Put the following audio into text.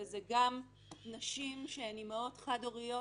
זה גם נשים, שהן אימהות חד-הוריות,